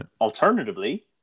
Alternatively